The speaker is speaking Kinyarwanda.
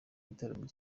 gitaramo